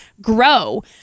grow